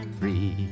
free